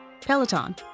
Peloton